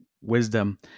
wisdom